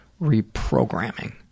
reprogramming